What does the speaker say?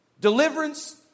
deliverance